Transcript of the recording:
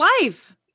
life